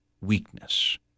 weakness